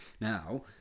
Now